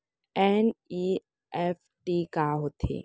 NEFT का होथे?